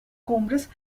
cumbres